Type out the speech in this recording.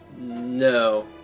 No